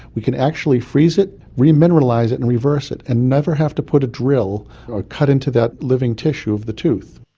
we can actually freeze it, re-mineralise it and reverse it and never have to put a drill or cut into that living tissue of the tooth.